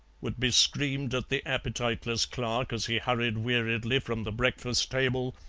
would be screamed at the appetiteless clerk as he hurried weariedly from the breakfast-table,